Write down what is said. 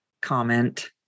comment